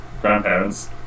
grandparents